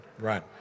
Right